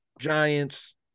Giants